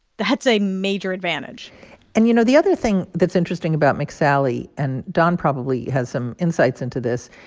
that's a major advantage and, you know, the other thing that's interesting about mcsally and don probably has some insights into this.